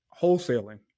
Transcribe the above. wholesaling